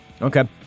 Okay